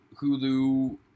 Hulu